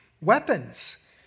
weapons